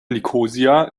nikosia